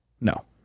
No